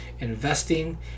investing